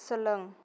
सोलों